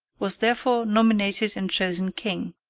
was therefore nominated and chosen king.